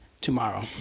tomorrow